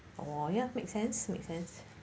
oh ya make sense make sense